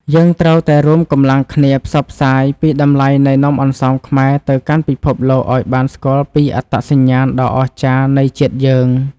យើងត្រូវតែរួមកម្លាំងគ្នាផ្សព្វផ្សាយពីតម្លៃនៃនំអន្សមខ្មែរទៅកាន់ពិភពលោកឱ្យបានស្គាល់ពីអត្តសញ្ញាណដ៏អស្ចារ្យនៃជាតិយើង។